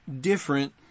different